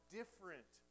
different